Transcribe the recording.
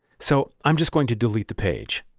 so i'm just going to delete the page.